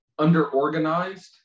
underorganized